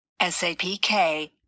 SAPK